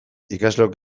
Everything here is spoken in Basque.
ikasleok